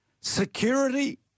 Security